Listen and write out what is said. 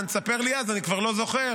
מתן, ספר לי, אני כבר לא זוכר.